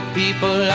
people